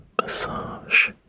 massage